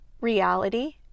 reality